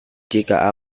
jika